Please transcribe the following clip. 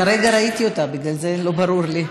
כרגע ראיתי אותה, בגלל זה לא ברור לי,